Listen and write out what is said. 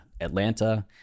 Atlanta